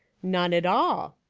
none at all.